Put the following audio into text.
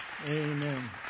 Amen